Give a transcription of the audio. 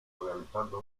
realizando